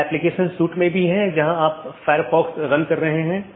BGP AS के भीतर कार्यरत IGP को प्रतिस्थापित नहीं करता है